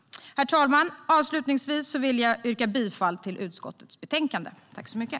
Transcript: Herr talman! Avslutningsvis yrkar jag bifall till utskottets förslag i betänkandet.